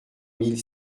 mille